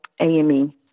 AME